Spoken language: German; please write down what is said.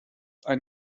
ein